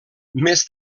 més